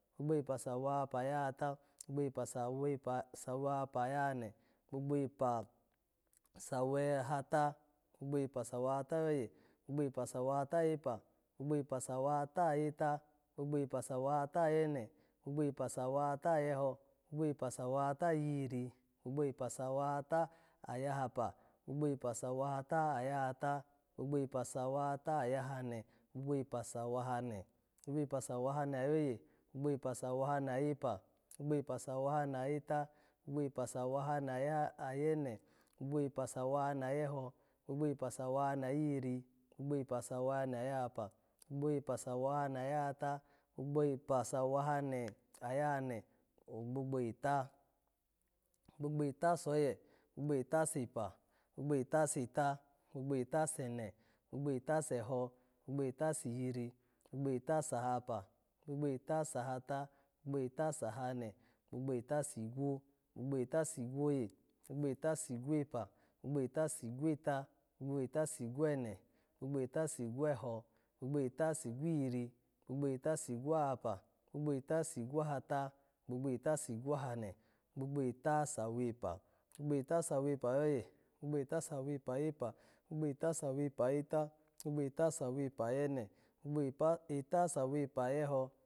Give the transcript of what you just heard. Gbogbo epa sawahapa ayahata, gbogbo epa sawepa-sawahapa ayahane, gbogbo epa sawe-ata, gbogbo epa sawahata ayoye, gbogbo epa sawahata ayepa, gbogbo epa sawahata ayeta, gbogbo epa sawahata ayene, gbogbo epa sawahata ayeho, gbogbo epa sawahata ayihiri, gbogbo epa sawahata ayahapa, gbogbo epa sawahata ayahata, gbogbo epa sawahata ayahane, gbogbo epa sawahane, gbogbo epa sawahane ayoye, gbogbo epa sawahane ayepa, gbogbo epa sawahane ayeta, gbogbo epa sawahane ayene, gbogbo epa sawahane ayeho, gbogbo epa sawahane ayihiri, gbogbo epa sawahane ayahapa, gbogbo epa sawahane ayahata, gbogbo epa sawahane ayahane, ogbogbo eta, gbogbo eta soye, gbogbo eta sepa, gbogbo eta seta, gbogbo eta sene, gbogbo eta seho, gbogbo eta sihiri, gbogbo eta sahapa, gbogbo eta sahata, gbogbo eta sahane, gbogbo eta sigwo, gbogbo eta sigwoye, gbogbo eta sigwepa, gbogbo eta sigweta, gbogbo eta sigwene, gbogbo eta sigweho, gbogbo eta sigwihiri, gbogbo eta sigwahapa, gbogbo eta sigwahata, gbogbo eta sigwahane, gbogbo eta sawepa, gbogbo eta sawepa ayoye, gbogbo eta sawepa ayepa, gbogbo eta sawepa ayeta, gbogbo eta sawepa ayene, gbogbo eta epa-eta sawepa ayeho